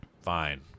fine